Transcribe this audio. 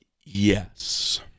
Yes